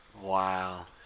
Wow